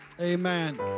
Amen